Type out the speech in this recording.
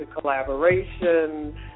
collaboration